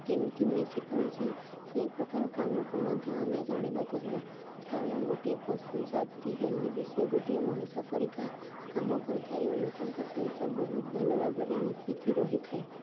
କେମିତି ମିଶିପାରୁଛିି ସେଇ ପ୍ରକାର କାମକୁ ମଧ୍ୟ ଆମେ ଜାଣିବା କହିବା କାରଣ ଗୋଟିଏ ପଶୁ ଜାତି ହେଲେ ବି ସେ ଗୋଟିଏ ମଣିଷ ପରିକା କାମ କରିଥାଏ ଓ ଲୋକଙ୍କ ସହିତ ବହୁତ ଭଲ ଭାବରେ ମିଶିକି ରହିଥାଏ